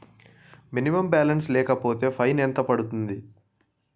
Minimum balance లేకపోతే fine ఎంత పడుతుంది?